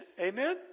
Amen